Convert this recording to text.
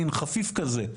מין חפיף כזה.